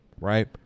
right